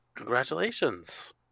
Congratulations